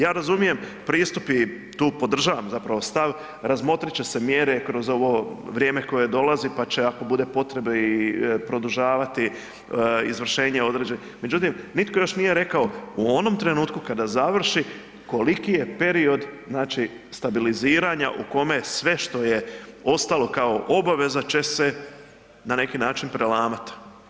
Ja razumijem, pristup je i tu podržavam zapravo stav, razmotrit će se mjere kroz ovo vrijeme koje dolazi pa će ako bude potrebe i produžavati izvršenje određene, međutim nitko još nije rekao u onom trenutku kada završi koliki je period stabiliziranja u kome sve što je ostalo kao obaveza će se na neki način prelamat.